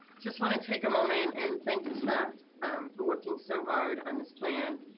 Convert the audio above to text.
just want to take a moment and thank the staff um for working so hard on this plan.